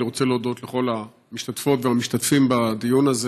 אני רוצה להודות לכל המשתתפות והמשתתפים בדיון הזה.